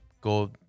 go